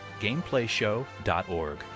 GameplayShow.org